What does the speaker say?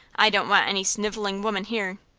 i don't want any sniveling women here.